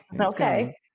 Okay